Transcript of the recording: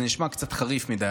זה נשמע קצת חריף מדי,